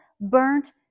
burnt